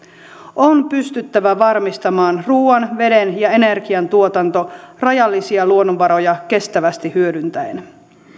on pystyttävä varmistamaan ruuan veden ja energiantuotanto rajallisia luonnonvaroja kestävästi hyödyntäen